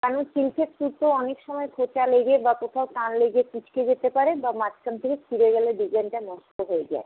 কারণ সিল্কের সুতো অনেক সময় খোঁচা লেগে বা কোথাও টান লেগে কুঁচকে যেতে পারে বা মাঝখান থেকে ছিঁড়ে গেলে ডিজাইনটা নষ্ট হয়ে যায়